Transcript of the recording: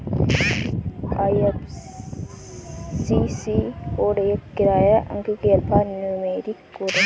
IFSC code एक ग्यारह अंकीय अल्फा न्यूमेरिक कोड है